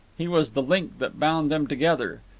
he was the link that bound them together,